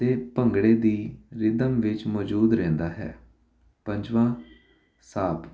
ਅਤੇ ਭੰਗੜੇ ਦੀ ਰਿਧਮ ਵਿੱਚ ਮੌਜੂਦ ਰਹਿੰਦਾ ਹੈ ਪੰਜਵਾਂ ਸਾਪ